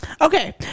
Okay